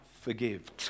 forgive